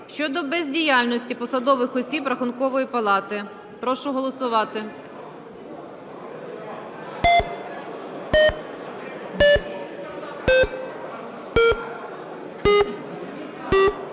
щодо бездіяльності посадових осіб Рахункової палати. Прошу голосувати.